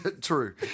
True